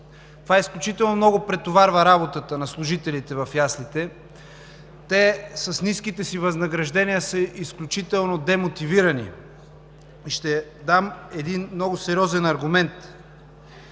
Това изключително много претоварва работата на служителите в яслите. Те с ниските си възнаграждения са изключително демотивирани. Ще дам един много сериозен аргумент.